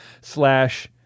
slash